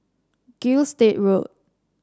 Gilstead Road